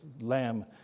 lamb